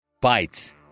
Bites